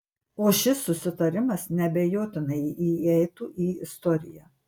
o šis susitarimas neabejotinai įeitų į istoriją